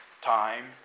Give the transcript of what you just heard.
Time